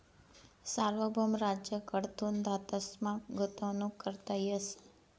सार्वभौम राज्य कडथून धातसमा गुंतवणूक करता येस